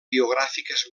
biogràfiques